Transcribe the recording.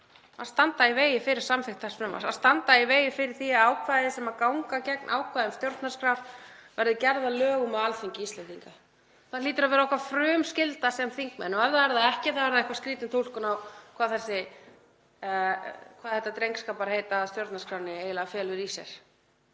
að standa í vegi fyrir samþykkt þess frumvarps, að standa í vegi fyrir því að ákvæði sem ganga gegn ákvæðum stjórnarskrár verði gerð að lögum á Alþingi Íslendinga. Það hlýtur að vera frumskylda okkar sem þingmenn. Og ef það er það ekki þá er það eitthvað skrýtin túlkun á því hvað þetta drengskaparheit að stjórnarskránni felur í sér.